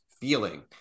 feeling